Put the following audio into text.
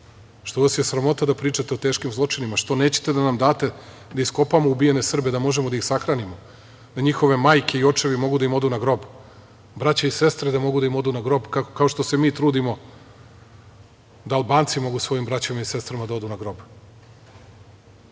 Što vas je sramota da pričate o teškim zločinima? Što nećete da nam date da iskopamo ubijene Srbe, da možemo da ih sahranimo, da njihove majke i očevi mogu da im odu na grob, braća i sestre da mogu da im odu na grob, kao što se mi trudimo da Albanci mogu svojim braćama i sestrama da odu na grob? Neće,